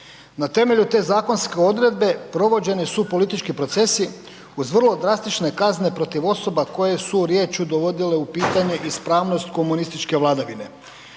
Na temelju te zakonske odredbe, provođene su politički procesi uz vrlo drastične kazne protiv osoba koje su riječju dovodile u pitanje ispravnost komunističke vladavine.